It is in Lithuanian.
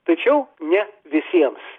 tačiau ne visiems